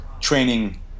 training